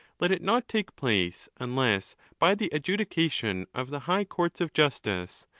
let it not take place, unless by the adjudication of the high courts of justice,